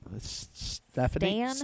Stephanie